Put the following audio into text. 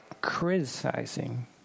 criticizing